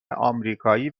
آمریکایی